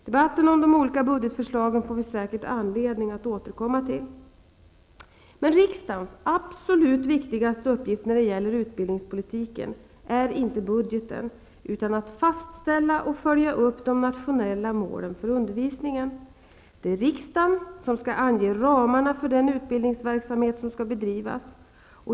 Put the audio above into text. Debatten om de olika budgetförslagen får vi säkert anledning att återkomma till. Riksdagens absolut viktigaste uppgift när det gäller utbildningspolitiken är inte budgeten, utan att fastställa och följa upp de nationella målen för undervisningen. Det är riksdagen som skall ange ramarna för den utbildningsverksamhet som skall bedrivas.